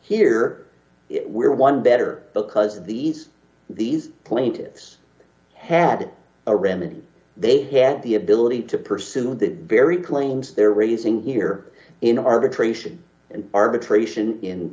here we're one better because these these plaintiffs had a remedy they had the ability to pursue the very claims they're raising here in arbitration and arbitration in